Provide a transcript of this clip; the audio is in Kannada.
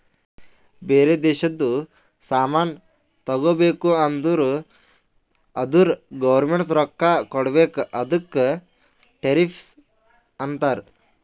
ಬೇರೆ ದೇಶದು ಸಾಮಾನ್ ತಗೋಬೇಕು ಅಂದುರ್ ಅದುರ್ ಗೌರ್ಮೆಂಟ್ಗ ರೊಕ್ಕಾ ಕೊಡ್ಬೇಕ ಅದುಕ್ಕ ಟೆರಿಫ್ಸ್ ಅಂತಾರ